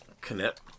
Connect